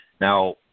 Now